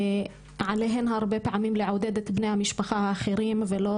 עליהן הרבה פעמים לעודד את בני המשפחה האחרים ולא